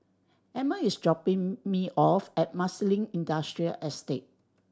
Emmer is dropping me off at Marsiling Industrial Estate